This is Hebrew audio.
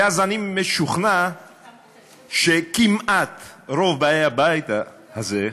ואז אני משוכנע שכמעט רוב באי הבית הזה,